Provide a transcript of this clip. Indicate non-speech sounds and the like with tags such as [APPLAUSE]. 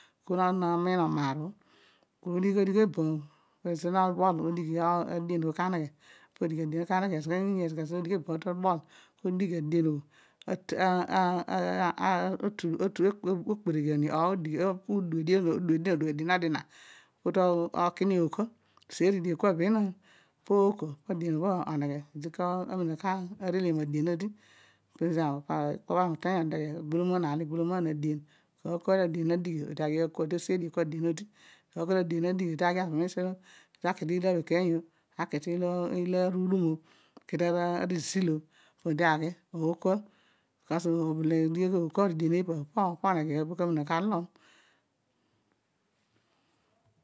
[HESITATION] afon ami no miinon maar obho, kudigh kodigh eboom ezi tọ bọl ọdighi ka adian obho an eghe kozo kezo olo no tumo dighi adiam no bho kaneghe, kezo kezo [UNINTELLIGIBLE] edish eboom olo tọbọl o dighi adian obho okpereghiom io duna duna potoke niwko user diakun bermain po ooko pa adian nobho omegne odi kamina adian odi ka reliom ac po obho ami uteeny odeghe obho agboloman erar ilo igboloman adian an laooy leouy de adian na dighi aghi cako, odi oseeridio. Kun dian odi naooy klou ow adian na dighi, odi aghi, ava mees, olo, odi ta ika tirlabekeeny, aki ki ilo arn dumi oh aki ta arizil oh podi aghi ooko bcos omina ooko ridiaa ipa bho po omina ooyo oro bho kaamina ka rolom.